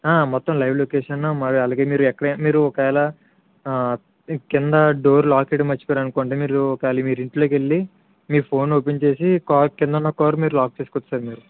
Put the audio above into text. ఆ మొత్తం live location మరి అలాగే మీరు ఎక్కడైనా మీరు ఒకవేళ ఆ కింద డోర్ లాక్ వేయడం మర్చిపోయారు అనుకోండి మీరు ఒకవేళ మీరు ఇంట్లోకి వెళ్ళి మీ ఫోన్ ఓపెన్ చేసి కారు కిందున్న కార్ మీరు లాక్ చేసుకోవచ్చు సార్ మీరు